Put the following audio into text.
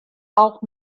auch